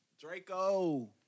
Draco